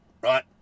right